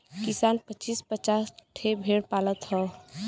किसान पचीस पचास ठे भेड़ पालत हौ